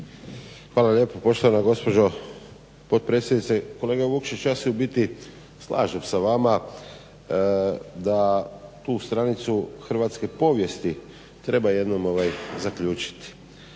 Hvala lijepo poštovana gospođo potpredsjednice. Kolega Vukšić ja se u biti slažem sa vama da tu stranicu hrvatski povijesti treba jednom zaključiti.